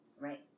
Right